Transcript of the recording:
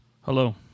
Hello